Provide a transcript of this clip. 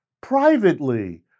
privately